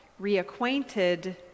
reacquainted